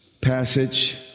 passage